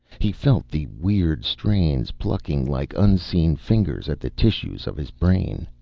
he felt the weird strains plucking like unseen fingers at the tissues of his brain,